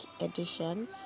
edition